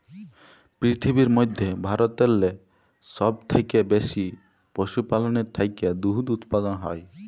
পিরথিবীর মইধ্যে ভারতেল্লে ছব থ্যাইকে বেশি পশুপাললের থ্যাইকে দুহুদ উৎপাদল হ্যয়